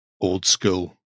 old-school